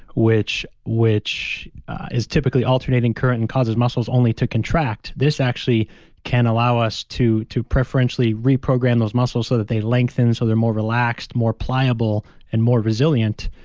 which which is typically alternating current and causes muscles only to contract, this actually can allow us to to preferentially reprogram those muscles so that they lengthen, so they're more relaxed, more pliable and more resilient,